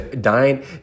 dying